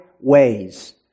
ways